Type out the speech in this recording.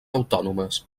autònomes